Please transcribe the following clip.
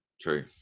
true